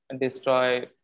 destroy